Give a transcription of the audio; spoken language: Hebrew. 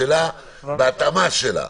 השאלה בהתאמה שלה.